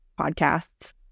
podcasts